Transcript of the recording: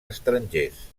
estrangers